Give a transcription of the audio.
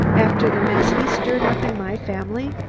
after the mess he stirred up in my family,